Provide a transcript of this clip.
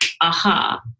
aha